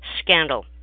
Scandal